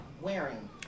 wearing